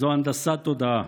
זו הנדסת תודעה.